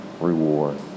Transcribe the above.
reward